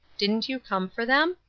didn't you come for them?